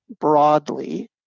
broadly